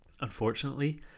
Unfortunately